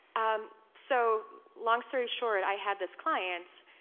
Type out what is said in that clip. um so long story short, i had this client.